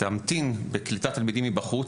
תמתין עם קליטת תלמידים מבחוץ,